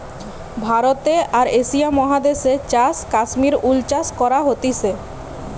ভারতে আর এশিয়া মহাদেশে চাষ কাশ্মীর উল চাষ করা হতিছে